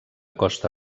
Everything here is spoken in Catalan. costa